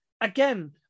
Again